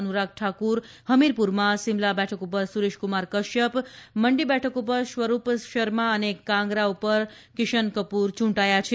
અનુરાગ ઠાકુર હમીરપુરમાં સિમલા બેઠક પર સુરેશ કુમાર કશ્યપ મંડી બેઠક પર સ્વરૂપ શર્મા અને કાંગરા પર કિશનકપુર ચૂંટાયા છે